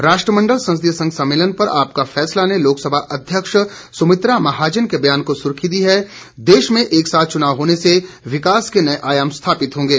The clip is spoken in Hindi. राष्ट्रमंडल संसदीय संघ सम्मेलन पर आपका फैसला ने लोकसभा अध्यक्ष सुमित्रा महाजन के ब्यान को सुर्खी दी है देश में एक साथ चुनाव होने से विकास के नए आयाम स्थापित होंगे